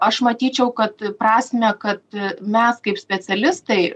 aš matyčiau kad prasmę kad mes kaip specialistai